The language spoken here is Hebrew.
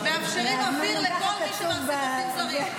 מאפשרים אוויר לכל מי שמעסיק עובדים זרים.